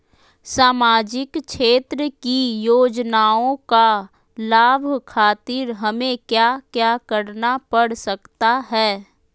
सामाजिक क्षेत्र की योजनाओं का लाभ खातिर हमें क्या क्या करना पड़ सकता है?